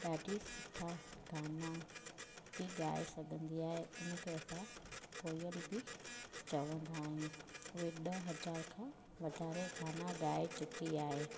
ॾाढा सुठा गाना बि ॻाए सघंदी आहे हुनखे असां कोयल बि चवंदा आहियूं उहा ॾह हज़ार खां वधारे गाना ॻाए चुकी आहे